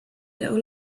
little